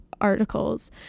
articles